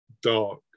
dark